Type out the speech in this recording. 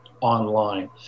online